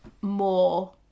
more